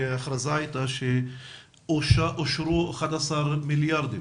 ההכרזה הייתה שאושרו 11 מיליארדים